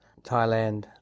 Thailand